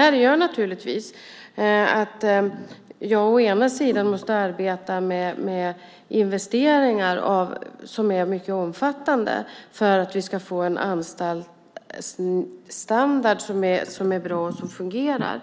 Vi måste därför å ena sidan arbeta med mycket omfattande investeringar för att vi ska få en anstaltsstandard som är bra och fungerar, å